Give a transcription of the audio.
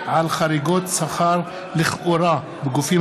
הודעה לסגן